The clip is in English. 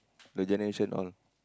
the generation